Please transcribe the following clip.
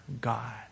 God